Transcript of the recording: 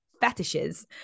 fetishes